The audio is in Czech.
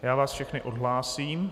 Já vás všechny odhlásím.